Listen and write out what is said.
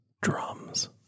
drums